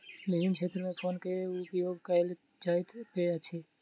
विभिन्न क्षेत्र में फ़ोन पे के उपयोग कयल जाइत अछि